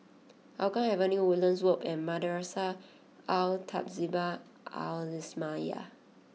Hougang Avenue Woodlands Loop and Madrasah Al Tahzibiah Al Islamiah